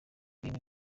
ibi